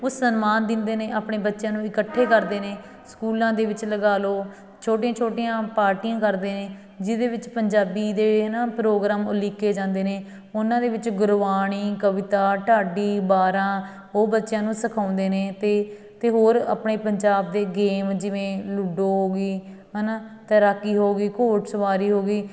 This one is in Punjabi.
ਉਹ ਸਨਮਾਨ ਦਿੰਦੇ ਨੇ ਆਪਣੇ ਬੱਚਿਆਂ ਨੂੰ ਇਕੱਠੇ ਕਰਦੇ ਨੇ ਸਕੂਲਾਂ ਦੇ ਵਿੱਚ ਲਗਾ ਲਓ ਛੋਟੀਆਂ ਛੋਟੀਆਂ ਪਾਰਟੀਆਂ ਕਰਦੇ ਨੇ ਜਿਹਦੇ ਵਿੱਚ ਪੰਜਾਬੀ ਦੇ ਹੈ ਨਾ ਪ੍ਰੋਗਰਾਮ ਉਲੀਕੇ ਜਾਂਦੇ ਨੇ ਉਹਨਾਂ ਦੇ ਵਿੱਚ ਗੁਰਬਾਣੀ ਕਵਿਤਾ ਢਾਡੀ ਵਾਰਾਂ ਉਹ ਬੱਚਿਆਂ ਨੂੰ ਸਿਖਾਉਂਦੇ ਨੇ ਅਤੇ ਅਤੇ ਹੋਰ ਆਪਣੇ ਪੰਜਾਬ ਦੇ ਗੇਮ ਜਿਵੇਂ ਲੂਡੋ ਹੋ ਗਈ ਹੈ ਨਾ ਤੈਰਾਕੀ ਹੋ ਗਈ ਘੋੜ ਸਵਾਰੀ ਹੋ ਗਈ